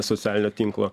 socialinio tinklo